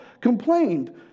complained